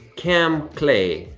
cam clay.